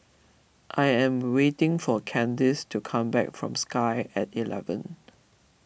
I am waiting for Candis to come back from Sky at eleven